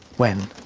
when,